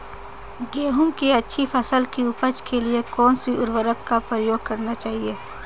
गेहूँ की अच्छी फसल की उपज के लिए कौनसी उर्वरक का प्रयोग करना चाहिए?